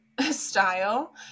style